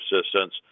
assistance